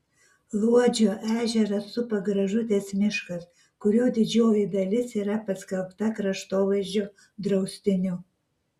luodžio ežerą supa gražutės miškas kurio didžioji dalis yra paskelbta kraštovaizdžio draustiniu